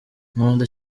nkunda